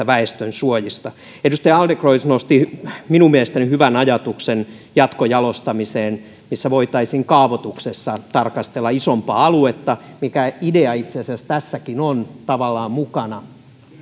väestönsuojista edustaja adlercreutz nosti minun mielestäni hyvän ajatuksen jatkojalostamiseen että voitaisiin kaavoituksessa tarkastella isompaa aluetta mikä idea itse asiassa tässäkin on tavallaan mukana